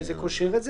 שזה קושר את זה.